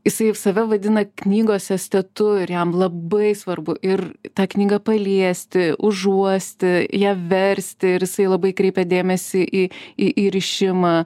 jisai save vadina knygos estetu ir jam labai svarbu ir tą knygą paliesti užuosti ją versti ir jisai labai kreipia dėmesį į į įrišimą